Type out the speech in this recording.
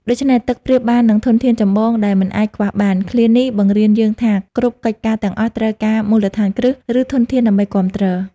ដូច្នេះ ទឹកប្រៀបបាននឹងធនធានចម្បងដែលមិនអាចខ្វះបាន ឃ្លានេះបង្រៀនយើងថា គ្រប់កិច្ចការទាំងអស់ត្រូវការមូលដ្ឋានគ្រឹះ ឬធនធាន ដើម្បីគាំទ្រ។